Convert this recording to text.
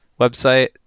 website